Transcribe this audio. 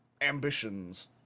ambitions